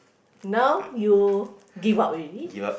now you give up already